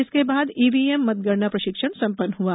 इसके बाद ईवीएम मतगणना प्रशिक्षण संपन्न हुआ